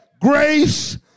grace